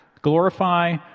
glorify